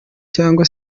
cyangwa